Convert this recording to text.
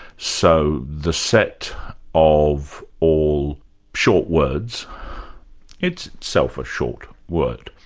so the set of all short words it's itself a short word.